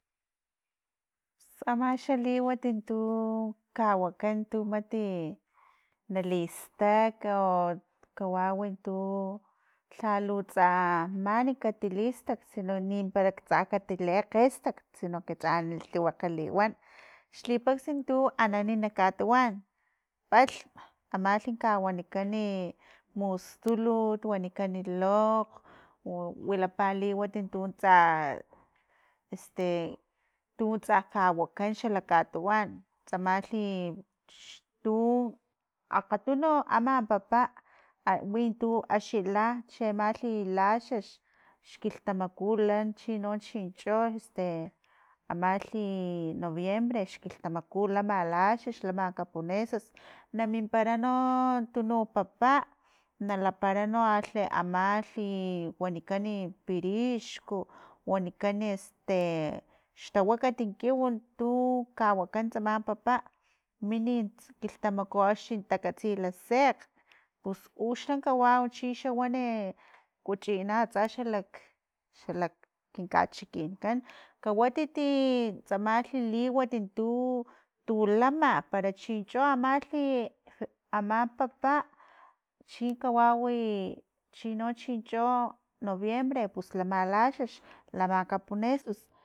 Amaxa liwat t- tu kawakan tu mati, nalistak o kawawi tu lhalu tsa nami katilistak sino ni para tsa lekgestakg sino que tsa tliwakga liwan, xlipaksa tu anani nak katuwan palhm amalhi kawanikan i mustulut wanikani lokg wilapa liwat untu tsa este tutsa kawakan xala katuwan tsamalhi itu akgatunu ama papa wintu axi la cheama laxux xkilhtamku la chino chincho "este" amalhi i noviembre xkiltamaku lama laxux lama kapunesus na mimpara no tununk papa na lapara no amalhi wanilaki pirixku wanikan "este" xtawakati kiw tu kawakan tsama papa mini kilhtamaku axni takatsi la sekgn, pus uxan kawaw chixa wani kuchina atsa xalak xalak kinkachikinkan kawatiti tsamalhi liwat untu tu lama para chinchi malhi aman papa, chin kawawi chino chincho noviembre pus lama laxux lama kapunesus